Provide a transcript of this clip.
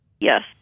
Yes